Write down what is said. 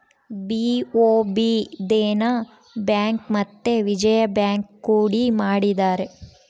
BOB ದೇನ bank ಮತ್ತೆ Vijaya bank ಕೂಡಿ ಮಾಡಿದರೆ